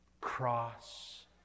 Cross